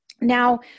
Now